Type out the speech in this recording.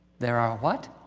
there are what.